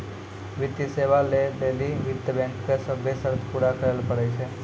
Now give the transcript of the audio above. वित्तीय सेवा लै लेली वित्त बैंको के सभ्भे शर्त पूरा करै ल पड़ै छै